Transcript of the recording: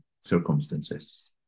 circumstances